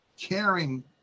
caring